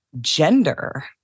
gender